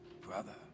brother